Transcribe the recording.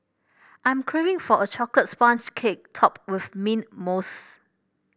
I'm craving for a chocolate sponge cake topped with mint mousse